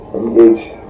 engaged